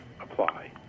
apply